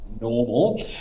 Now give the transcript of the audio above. normal